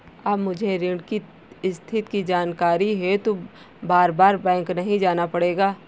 अब मुझे ऋण की स्थिति की जानकारी हेतु बारबार बैंक नहीं जाना पड़ेगा